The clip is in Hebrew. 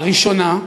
הראשונה,